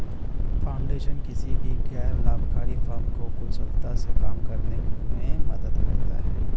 foundation किसी भी गैर लाभकारी फर्म को कुशलता से काम करने में मदद करता हैं